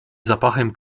zapachem